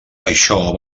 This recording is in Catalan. això